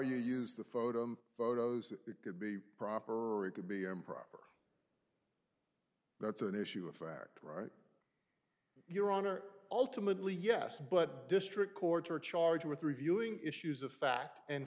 you use the photo photos it could be proper or it could be improper that's an issue of fact right your honor ultimately yes but district courts are charged with reviewing issues of fact and